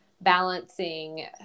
balancing